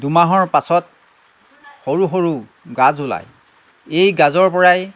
দুমাহৰ পাছত সৰু সৰু গাজ ওলায় এই গাজৰ পৰাই